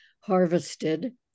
harvested